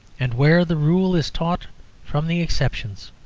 and where the rule is taught from the exceptions.